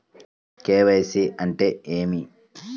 KYC అంటే ఏమి?